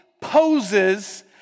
poses